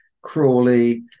Crawley